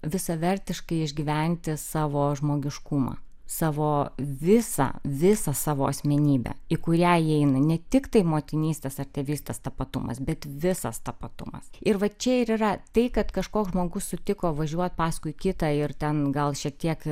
visavertiškai išgyventi savo žmogiškumą savo visą visą savo asmenybę į kurią įeina ne tik tai motinystės ar tėvystės tapatumas bet visas tapatumas ir va čia ir yra tai kad kažkoks žmogus sutiko važiuot paskui kitą ir ten gal šiek tiek